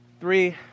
three